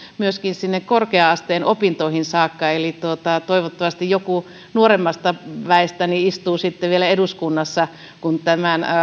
myöskin sinne korkea asteen opintoihin saakka eli toivottavasti joku nuoremmasta väestä istuu sitten vielä eduskunnassa kun tämän